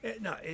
No